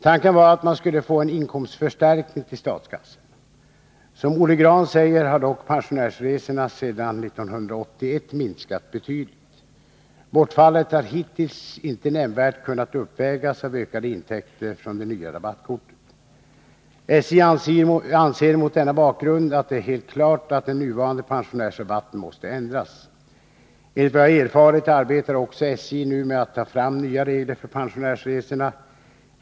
Tanken var att man skulle få en inkomstförstärkning till statskassan. Som Olle Grahn säger har dock pensionärsresorna sedan 1981 minskat betydligt. Bortfallet har hittills inte nämnvärt kunnat uppvägas av ökade intäkter från det nya rabattkortet. SJ anser mot denna bakgrund att det är helt klart att den nuvarande pensionärsrabatten måste ändras. Enligt vad jag erfarit arbetar också SJ nu med att ta fram nya regler för pensionärsresorna.